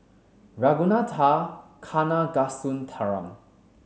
Ragunathar Kanagasuntheram